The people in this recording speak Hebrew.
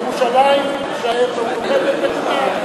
ירושלים תישאר מאוחדת, נקודה.